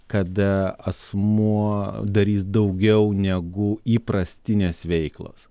kada asmuo darys daugiau negu įprastinės veiklos